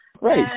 Right